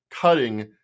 cutting